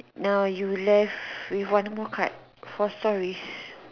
now you left with one more card for stories